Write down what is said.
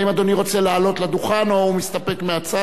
האם אדוני רוצה לעלות לדוכן או שהוא מסתפק מהצד,